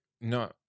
no